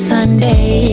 Sunday